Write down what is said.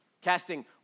Casting